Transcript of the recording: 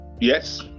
yes